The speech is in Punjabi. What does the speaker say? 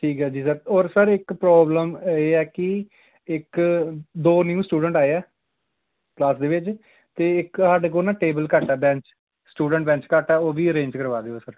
ਠੀਕ ਹੈ ਜੀ ਸਰ ਔਰ ਸਰ ਇੱਕ ਪ੍ਰੋਬਲਮ ਇਹ ਹੈ ਕਿ ਇੱਕ ਦੋ ਨਿਊ ਸਟੂਡੈਂਟ ਆਏ ਆ ਕਲਾਸ ਦੇ ਵਿੱਚ ਅਤੇ ਇੱਕ ਸਾਡੇ ਕੋਲ ਨਾ ਟੇਬਲ ਘੱਟ ਆ ਬੈਂਚ ਸਟੂਡੈਂਟ ਬੈਂਚ ਘੱਟ ਆ ਉਹ ਵੀ ਅਰੇਂਜ ਕਰਵਾ ਦਿਓ ਸਰ